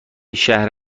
شهر